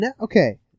Okay